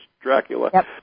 Dracula